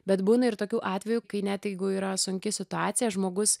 bet būna ir tokių atvejų kai net jeigu yra sunki situacija žmogus